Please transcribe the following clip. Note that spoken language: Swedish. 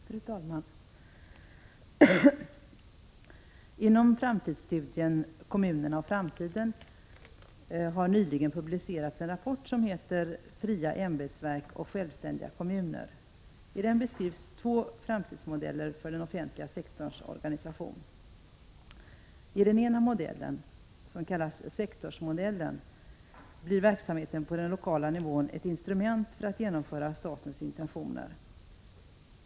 Fru talman! Inom framtidsstudien ”Kommunerna och framtiden” har nyligen publicerats en rapport som heter ”Fria ämbetsverk eller självständiga kommuner”. I den beskrivs två framtidsmodeller för den offentliga sektorns organisation. I den ena modellen ”sektorsmodellen” blir verksamheten på den lokala nivån ett instrument för att genomföra statens intentioner.